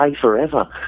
forever